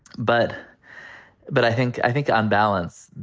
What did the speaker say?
but but i think i think on balance,